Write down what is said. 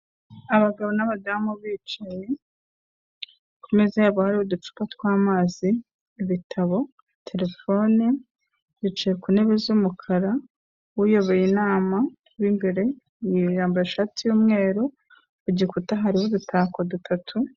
Abagabo n'abadamu bicaye, ku meza yabo hariho uducupa tw'amazi, ibitabo, terefone, yicaye ku ntebe z'umukara, uyoboye inama mu imbere yambaye ishati y'umweru, ku gikuta hariho udutako dutatu.